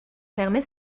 fermer